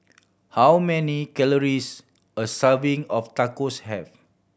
how many calories a serving of Tacos have